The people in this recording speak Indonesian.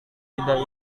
tidak